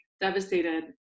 devastated